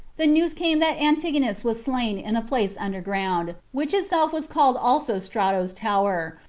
the news came that antigonus was slain in a place under ground, which itself was called also strato's tower,